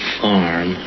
farm